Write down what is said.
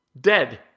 dead